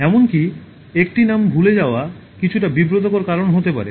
এমনকি একটি নাম ভুলে যাওয়া কিছুটা বিব্রতকর কারণ হতে পারে